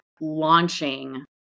launching